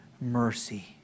mercy